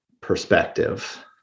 perspective